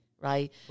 right